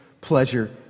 pleasure